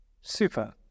Super